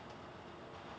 ah